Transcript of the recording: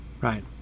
Right